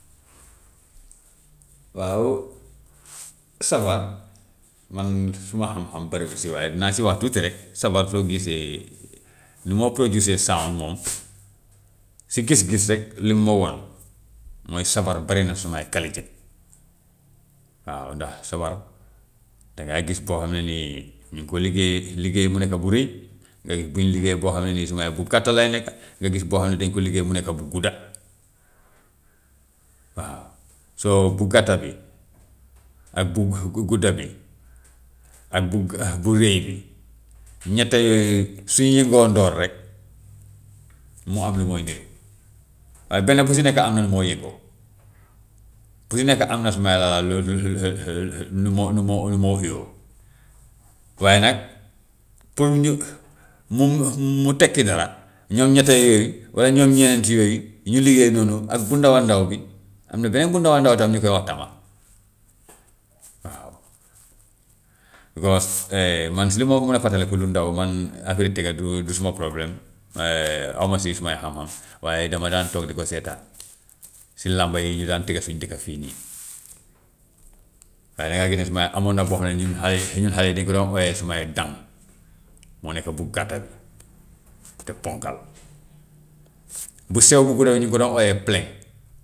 waaw sabar man suma xam-xam bari wu si waaye dinaa si wax tuuti rek, sabar soo gisee, ni ma ko gisee sound moom, si gis-gis rek li mu ma wan, mooy sabar bari na sumay qualité. Waaw ndax sabar dangay gis koo xam ne nii mi ngi ko liggéeyee liggéey bi nekka bu rëy, nga gis buy liggéey boo xam ne nii sumay bu gàtta lay nekka, nga gis boo xam ne dañu ko liggéey mu nekka bu gudda, waaw. So bu gàtta bi ak bu bu gudda bi, ak bu bu rëy bi ñett yooyu su ñuy yëngoondoor rek mu am lu muy niru. Waaye benn bu si nekk am na nu muy yëngoo, bu si nekk am na suma lu lu lu lu moo lu moo lu moo view, waaye nag pour ñu mu mu tekki dara ñoom ñett yooyu, walla ñoom ñeent yooyu ñu liggéey noonu ak bu ndaw a ndaw bi, am na beneen bu ndaw a ndaw tamit ñu koy wax tama waaw. Waa man si li ma mun a fàttali ku lu ndaw man affaire tëgga du du suma problème aw ma si sumay xam-xam, waaye dama daan toog di ko seetaan si làmb yi ñu daan tëgga suñu dëkka fii nii. Waaye dangay gis ne sumay am na boo xam ne ñun xale yi ñun xale yi dañu ko ooyee sumay daŋ moo nekk bu gàtta bi te ponkal bu sew bu gudda bi ñu ngi ko dee ooyee ple.